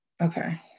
Okay